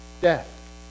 Death